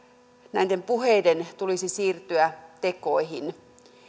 näiden puheiden tulisi siirtyä tekoihin